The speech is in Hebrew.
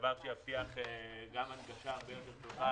דבר שיבטיח גם הנגשה הרבה יותר טובה,